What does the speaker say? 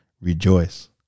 rejoice